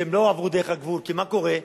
שהם לא עברו דרך הגבול, כי מה קורה?